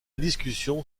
discussion